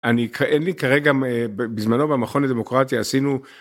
אני, אין לי כרגע, בזמנו במכון לדמוקרטיה עשינו...